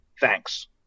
Thanks